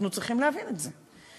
אנחנו צריכים להבין את זה.